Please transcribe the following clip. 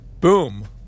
boom